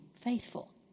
faithful